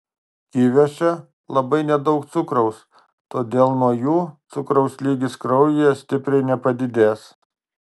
kiviuose labai nedaug cukraus todėl nuo jų cukraus lygis kraujyje stipriai nepadidės